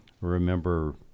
Remember